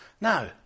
Now